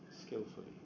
skillfully